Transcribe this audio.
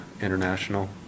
international